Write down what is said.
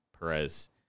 Perez